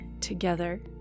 together